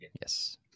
yes